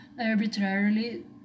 arbitrarily